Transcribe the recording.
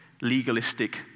legalistic